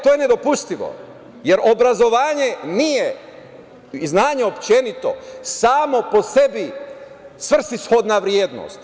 To je nedopustivo jer obrazovanje nije znanje uopšte, samo po sebi svrsishodna vrednost.